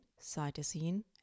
cytosine